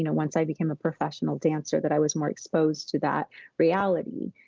you know once i became a professional dancer, that i was more exposed to that reality.